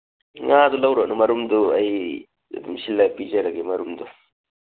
ꯉꯥꯗꯨ ꯂꯧꯔꯅꯨ ꯃꯔꯨꯝꯗꯤ ꯑꯩ ꯑꯗꯨꯝ ꯁꯤꯜꯂ ꯄꯤꯖꯔꯒꯦ ꯑꯩ ꯃꯔꯨꯝꯗꯨ